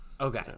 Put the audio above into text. Okay